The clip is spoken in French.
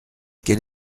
quel